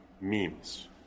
memes